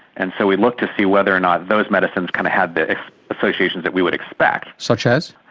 and so we looked to see whether or not those medicines kind of had the associations that we would expect. such as?